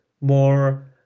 more